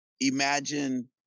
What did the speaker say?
imagine